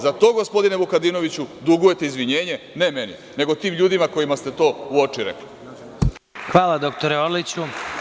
Za to gospodine Vukadinoviću dugujete izvinjenje ne meni, nego tim ljudima kojima ste to u oči rekli.